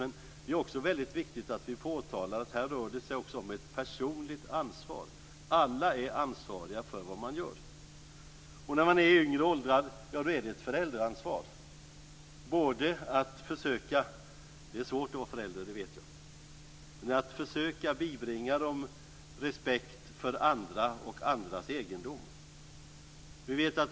Men det är också viktigt att vi påtalar att det också rör sig om ett personligt ansvar. Alla är ansvariga för vad man gör. När man är i yngre åldrar är det ett föräldraansvar - jag vet att det är svårt att vara förälder - att försöka bibringa dem respekt både för andra och för andras egendom.